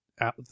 out